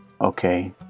okay